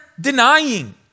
denying